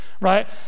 right